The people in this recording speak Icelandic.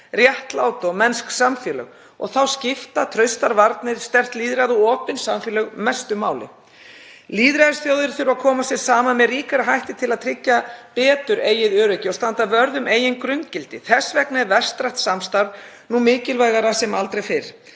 réttlát og mennsk samfélög, og þá skipta traustar varnir, sterkt lýðræði og opin samfélög mestu máli. Lýðræðisþjóðir þurfa að koma sér saman með ríkari hætti um að tryggja betur eigið öryggi og standa vörð um eigin grunngildi. Þess vegna er vestrænt samstarf nú mikilvægara sem aldrei fyrr,